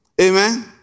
Amen